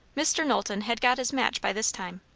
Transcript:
mr. knowlton had got his match by this time.